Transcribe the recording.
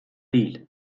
değil